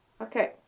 Okay